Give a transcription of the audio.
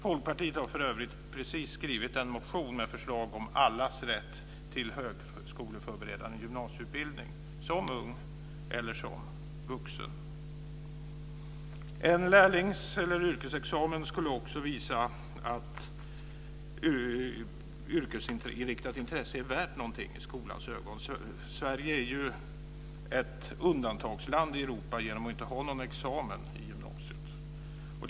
Folkpartiet har för övrigt precis skrivit en motion med förslag om allas rätt till högskoleförberedande gymnasieutbildning, som ung eller som vuxen. En lärlings eller yrkesexamen skulle visa att också ett yrkesinriktat intresse är värt någonting i skolans ögon. Sverige är ju ett undantagsland i Europa genom att inte ha någon examen i gymnasiet.